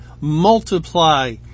multiply